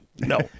No